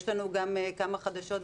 יש לנו גם כמה חדשות,